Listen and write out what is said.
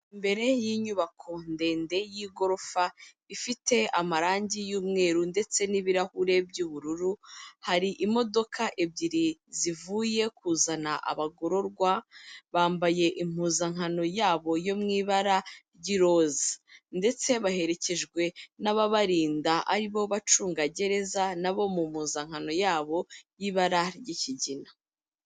Imbere y'inyubako ndende y'igorofa ifite amarangi y'umweru ndetse n'ibirahure by'ubururu, hari imodoka ebyiri zivuye kuzana abagororwa, bambaye impuzankano yabo yo mu ibara ry'iroza, ndetse baherekejwe n'ababarinda ari bo bacungagereza nabo mu mpuzankano yabo y'ibara ry'ikigina.